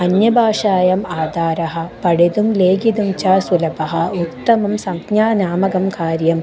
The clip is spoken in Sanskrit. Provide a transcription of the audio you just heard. अन्यभाषायाम् आधारः पठितुं लिखितुं च सुलभः उत्तमं संज्ञा नामकं कार्यम्